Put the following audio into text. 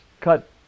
cut